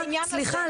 סליחה,